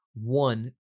One